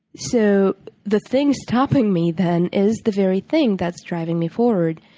so the thing stopping me, then, is the very thing that's driving me forward.